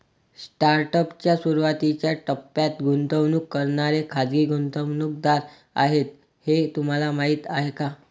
Startup च्या सुरुवातीच्या टप्प्यात गुंतवणूक करणारे खाजगी गुंतवणूकदार आहेत हे तुम्हाला माहीत आहे का?